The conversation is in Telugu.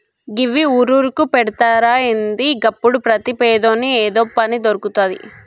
గివ్వి ఊరూరుకు పెడ్తరా ఏంది? గప్పుడు ప్రతి పేదోని ఏదో పని దొర్కుతది